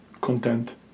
Content